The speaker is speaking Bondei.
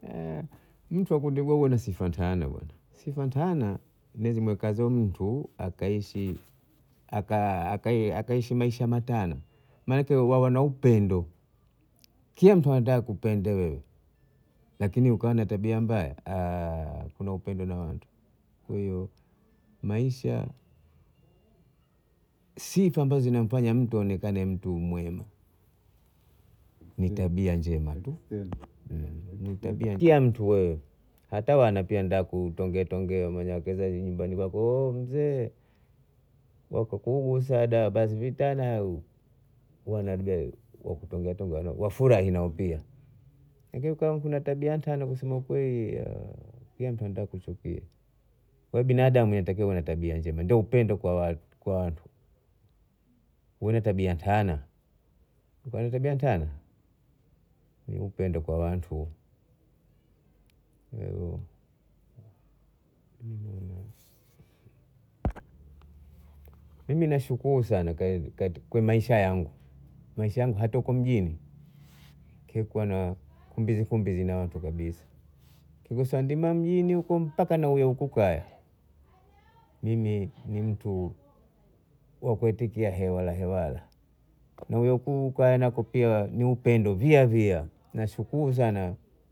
mtu ankundigwago ana sifa ntana, sifa ntana nizimwekazo mtu akaishi maisha matana, manake bhabha na upendo nkye mtu anataka akupende wewe lakini ukawa na tabia mbaya huna upendo na watu, kwa hiyo maisha sifa ambazo zinamafanya mtu aonekane mtu mwema ni tabia njema tu ni tabia njema hata wanapenda tuongeetuongee nyumbani kwako mzee ugu saga basi vitana au uwa nawaambia wakutogatoga wafurahi pia lakini kama huna tabia ntana kusema kweli nkila mtu atakuchukia, kwa hiyo binadamu unatakiwa uwe na tabia njema ndio upendo kwa watu uwe na tabia ntana, uwe na tabia ntana? Ni upendo kwa watu, kwa hiyo mimi nashukuru sana kwa maisha yangu, maisha yangu hata huko mjini nkyekuwa na kumbizikumbizi na watu kabisa nigosoa ndima mjini huko mpaka nauya huku kaya mimi ni mtu wa kuitikia hewala hewala nahuya huku kaya nako ni upendo pia pia, nashukuru sana!